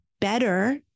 better